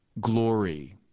glory